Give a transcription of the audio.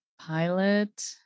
pilot